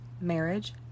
marriage